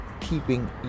keeping